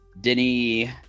Denny